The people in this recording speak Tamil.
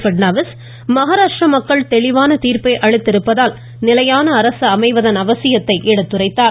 பட்நாவிஸ் மஹாராஷ்டிர மக்கள் தெளிவான தீர்ப்பை அளித்திருப்பதால் நிலையான அரசு அமைவதன் அவசியத்தை எடுத்துரைத்தார்